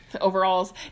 overalls